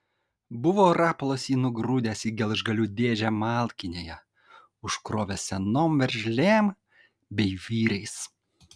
buvo rapolas jį nugrūdęs į gelžgalių dėžę malkinėje užkrovęs senom veržlėm bei vyriais